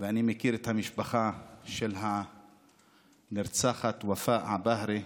ואני מכיר את המשפחה של הנרצחת, ופאא עבאהרה.